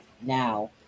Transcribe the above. now